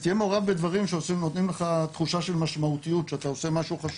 ותהיה מעורב בדברים שנותנים לך תחושה של משמעותיות שאתה עושה משהו חשוב.